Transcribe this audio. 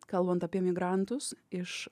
kalbant apie migrantus iš